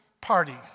party